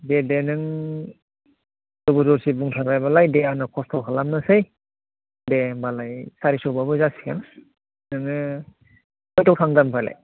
दे दे नों जबरदस्थति बुंथारबाय नालाय दे आङो कस्त' खालामनोसै दे होनबा सारिस'बाबो जासिगोन नोङो मा समाव थांगोन होनबालाय